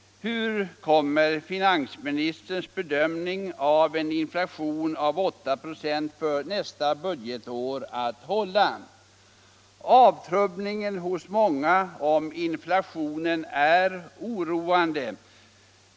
Hur kommer finansministerns bedömning om en inflation på 8 26 nästa budgetår att hålla? Avtrubbningen hos många när det gäller inflationen är oroande.